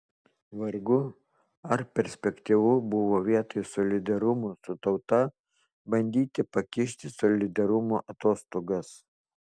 vargu ar perspektyvu buvo vietoj solidarumo su tauta bandyti pakišti solidarumo atostogas